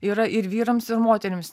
yra ir vyrams ir moterims